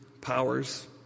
powers